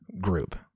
Group